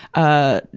ah,